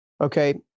Okay